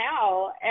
now